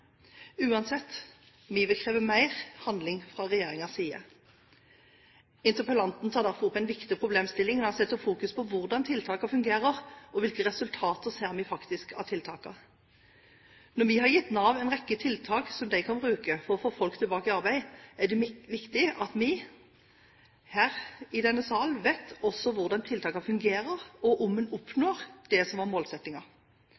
Uansett, vi vil kreve mer handling fra regjeringens side. Interpellanten tar derfor opp en viktig problemstilling når han setter fokus på hvordan tiltakene fungerer, og hvilke resultater vi faktisk ser av tiltakene. Når vi har gitt Nav en rekke tiltak som de kan bruke for å få folk tilbake i arbeid, er det viktig at vi her i denne salen også vet hvordan tiltakene fungerer, og om en